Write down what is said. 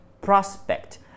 prospect